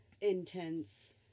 intense